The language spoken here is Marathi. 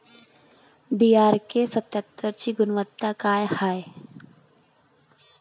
डी.आर.के सत्यात्तरची गुनवत्ता काय हाय?